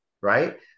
right